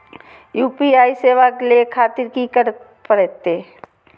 UPI सेवा ले खातिर की करे परते?